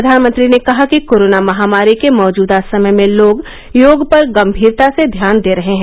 प्रधानमंत्री ने कहा कि कोरोना महामारी के मौजूदा समय में लोग योग पर गंभीरता से ध्यान दे रहे हैं